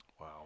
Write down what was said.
Wow